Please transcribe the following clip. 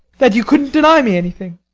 that you couldn't deny me anything.